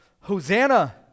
Hosanna